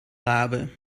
rabe